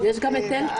יש גם את אלתא.